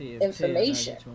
information